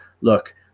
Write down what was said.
look